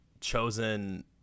chosen